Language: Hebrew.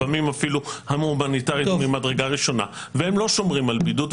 לפעמים אפילו הומניטרית ממדרגה ראשונה והם לא שומרים על בידוד.